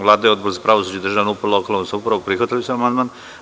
Vlada i Odbor za pravosuđe, državnu upravu i lokalnu samoupravu prihvatili su amandman.